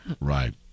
Right